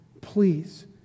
Please